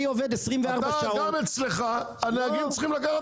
אני עובד 24 שעות -- גם אצלך הנהגים צריכים לקחת סחורה.